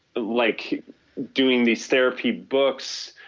like doing these therapy books,